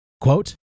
Quote